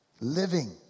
living